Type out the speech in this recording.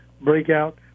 breakout